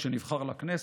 כשנבחר לכנסת.